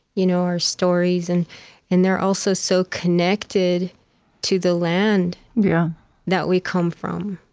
you know our stories. and and they're also so connected to the land yeah that we come from.